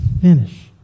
finish